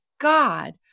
God